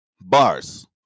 bars